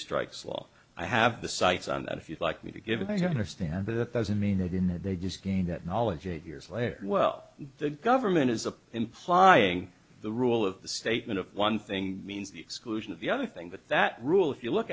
strikes law i have the sights on that if you'd like me to give it your understanding that doesn't mean that in that they just gain that knowledge eight years later well the government is a implying the rule of the statement of one thing means the exclusion of the other thing but that rule if you look